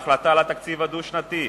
ההחלטה על התקציב הדו-שנתי,